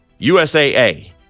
USAA